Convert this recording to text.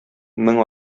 мең